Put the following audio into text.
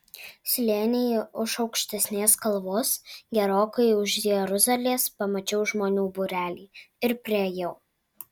slėnyje už aukštesnės kalvos gerokai už jeruzalės pamačiau žmonių būrelį ir priėjau